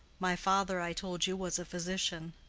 my father, i told you, was a physician.